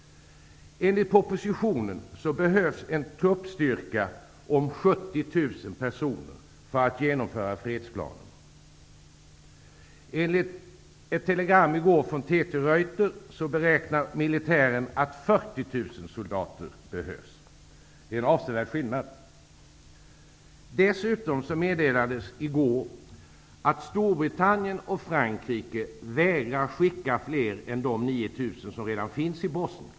Enligt propositionen behövs en truppstyrka om Enligt ett telegram i går från TT-Reuter beräknar militären att 40 000 soldater behövs. Det är en avsevärd skillnad! Dessutom meddelades i går att Storbritannien och Frankrike vägrar skicka fler än de 9 000 som redan finns i Bosnien.